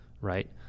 right